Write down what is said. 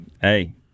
Hey